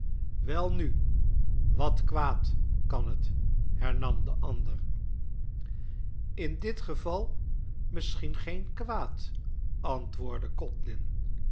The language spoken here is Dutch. welnu wat kwaad kan dat hernam de ander in dit geval misschien geen kwaad antwoordde